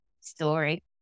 story